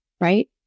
Right